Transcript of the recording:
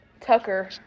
Tucker